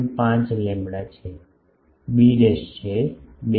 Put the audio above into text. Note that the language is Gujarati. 5 લેમ્બડા છે બી છે 2